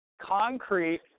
concrete